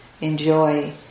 enjoy